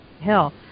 hill